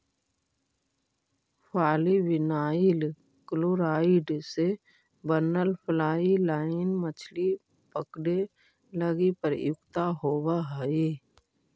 polyvinyl chloride से बनल fly line मछली पकडे लगी प्रयुक्त होवऽ हई